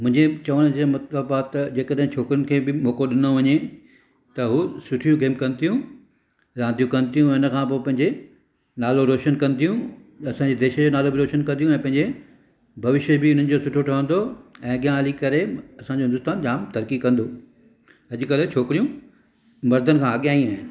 मुंहिंजे चवण जो मतिलबु आहे त जेकॾहिं छोकिरीनि खे बि मौको ॾिनो वञे त उहे सुठियूं गेम कनि थियूं रांदियूं कनि थियूं ऐं हिनखां पोइ पंहिंजो नालो रोशन कनि थियूं असांजे देश जो बि नालो रोशन ऐं पंहिंजे भविष्य बि हिननि जो सुठो ठहंदो ऐं अॻियां हली करे असांजो हिन्दुस्तान जाम तरकी कंदो अॼुकल्ह छोकिरियूं मर्दनि खां अॻियां ई आहिनि